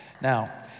Now